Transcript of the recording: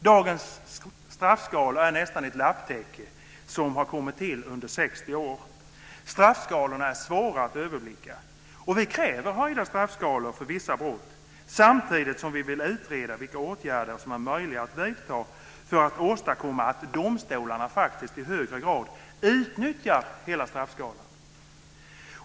Dagens straffskalor är nästan ett lapptäcke som har kommit till under 60 år. Straffskalorna är svåra att överblicka. Vi kräver höjda straffskalor för vissa brott samtidigt som vi vill utreda vilka åtgärder som är möjliga att vidta för att åstadkomma att domstolarna faktiskt i högre grad utnyttjar hela straffskalan.